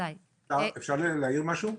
אפשר שנייה להעיר משהו?